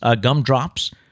gumdrops